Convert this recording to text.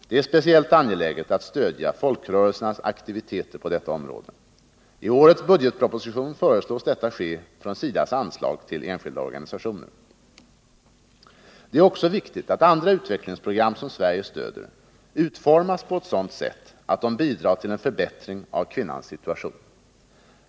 Det är speciellt angeläget att stödja folkrörelsernas aktiviteter på detta område. I årets budgetproposition föreslås detta ske från SIDA:s anslag till enskilda organisationer. Det är också viktigt att andra utvecklingsprogram som Sverige stöder utformas på sådant sätt att de bidrar till en förbättring av kvinnans situation.